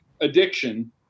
addiction